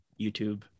YouTube